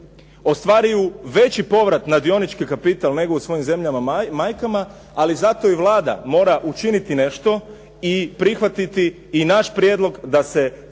ostvaruju veći povrat na dionički kapital nego u svojim zemljama majkama. Ali zato i Vlada mora učiniti nešto i prihvatiti i naš prijedlog da se ta